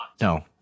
No